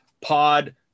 pod